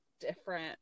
different